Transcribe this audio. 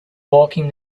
walking